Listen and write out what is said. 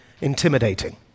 intimidating